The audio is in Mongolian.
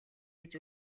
гэж